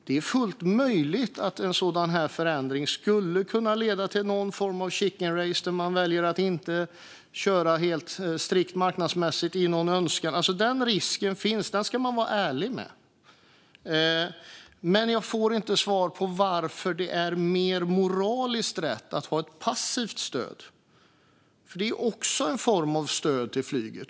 Det är fullt möjligt att en sådan här förändring skulle kunna leda till någon form av chicken race där man väljer att inte köra strikt marknadsmässigt. Den risken finns; det ska man vara ärlig med. Men jag får inte svar på varför det är mer moraliskt rätt med ett passivt stöd. Det är nämligen också en form av stöd till flyget.